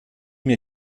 mir